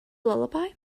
lullaby